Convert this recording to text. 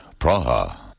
Praha